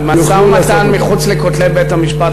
אבל משא-ומתן מחוץ לכותלי בית-המשפט,